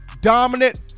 dominant